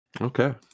Okay